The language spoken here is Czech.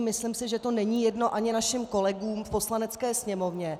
Myslím si, že to není jedno ani našim kolegům v Poslanecké sněmovně.